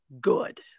good